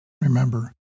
Remember